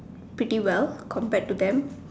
pretty well compared to them